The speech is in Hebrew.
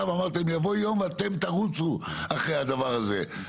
ואמרתי יבוא יום ואתם תרוצו אחרי הדבר הזה,